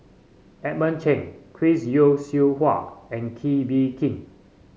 Edmund Cheng Chris Yeo Siew Hua and Kee Bee Khim